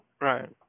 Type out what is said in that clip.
Right